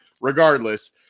regardless